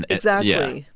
exactly.